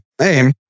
name